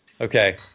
Okay